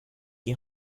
die